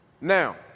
Now